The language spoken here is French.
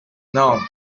nantes